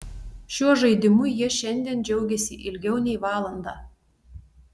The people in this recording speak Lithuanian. šiuo žaidimu jie šiandien džiaugėsi ilgiau nei valandą